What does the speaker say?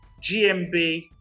GMB